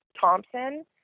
Thompson